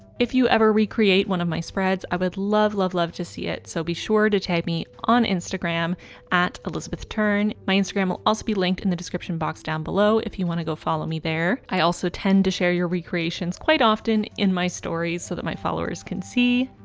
if you ever recreate one of my spreads. i would love love love to see it so be sure to tag me on instagram elizabethturn my instagram will also be linked in the description box down below if you want to go follow me there i also tend to share your recreations quite often in my stories so that my followers can see!